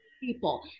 people